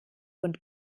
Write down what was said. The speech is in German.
und